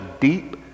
deep